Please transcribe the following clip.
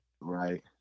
Right